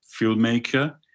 filmmaker